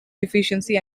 deficiency